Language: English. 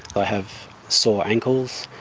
i have sore ankles,